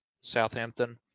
Southampton